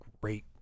great